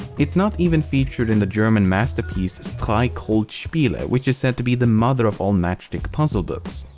it's not even featured in the german masterpiece streichholzspiele, which is said to be the mother of all matchstick puzzle books.